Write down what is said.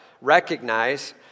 recognize